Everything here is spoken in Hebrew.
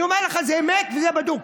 אני אומר לך, זה אמת וזה בדוק.